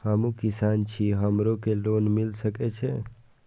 हमू किसान छी हमरो के लोन मिल सके छे?